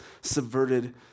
subverted